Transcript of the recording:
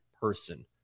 person